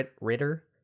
Ritter